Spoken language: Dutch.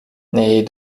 nee